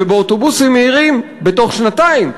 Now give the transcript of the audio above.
ובאוטובוסים מהירים בתוך שנתיים,